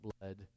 blood